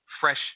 fresh